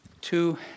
Two